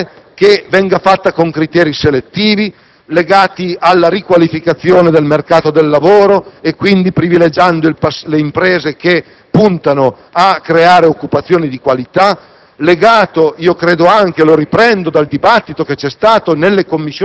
ed urgente: la riduzione del cuneo fiscale. Una riduzione che avvenga attraverso criteri selettivi, legati alla riqualificazione del mercato del lavoro, quindi privilegiando le imprese che puntano a creare occupazione di qualità,